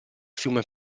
fiume